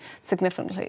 significantly